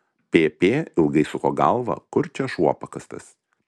pp ilgai suko galvą kur čia šuo pakastas